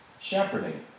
shepherding